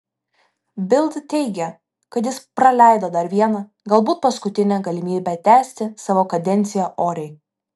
bild teigė kad jis praleido dar vieną galbūt paskutinę galimybę tęsti savo kadenciją oriai